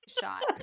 shot